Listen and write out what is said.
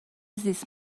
زیست